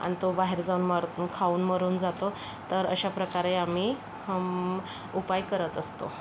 आणि तो बाहेर जाऊन मरतो खाऊन मरून जातो तर अशा प्रकारे आम्ही उपाय करत असतो